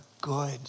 good